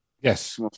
Yes